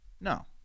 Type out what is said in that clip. No